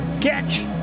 Catch